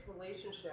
relationship